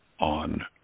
on